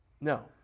No